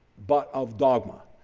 but of dogma.